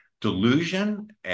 Delusion